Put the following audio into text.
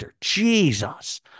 Jesus